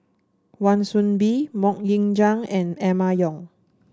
Wan Soon Bee MoK Ying Jang and Emma Yong